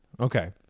Okay